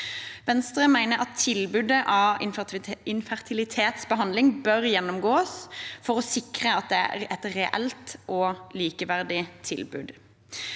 Venstre mener at tilbudet av infertilitetsbehandling bør gjennomgås for å sikre at det er et reelt og likeverdig tilbud.